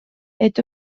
est